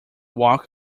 walk